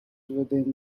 within